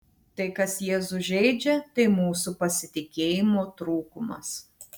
tai kas jėzų žeidžia tai mūsų pasitikėjimo trūkumas